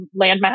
landmass